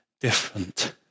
different